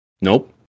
nope